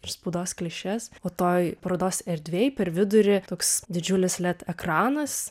ir spaudos klišes o toj parodos erdvėj per vidurį toks didžiulis led ekranas